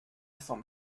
from